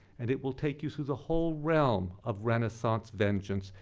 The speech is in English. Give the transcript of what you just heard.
and it will take you through the whole realm of renaissance vengeance,